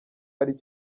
ari